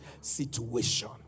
situation